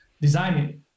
designing